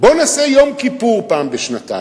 בואו נעשה יום כיפור פעם בשנתיים.